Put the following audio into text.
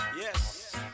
Yes